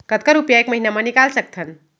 कतका रुपिया एक महीना म निकाल सकथव?